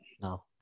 No